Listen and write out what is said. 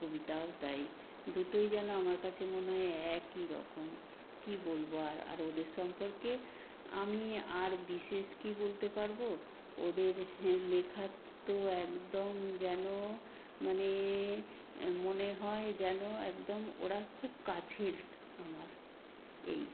কবিতাও তাই দুটোই যেন আমার কাছে মনে হয় একই রকম কি বলব আর আর ওদের সম্পর্কে আমি আর বিশেষ কী বলতে পারব ওদের লেখা তো একদম যেন মানে মনে হয় যেন একদম ওরা খুব কাছের আমার এই